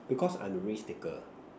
because I'm a risk taker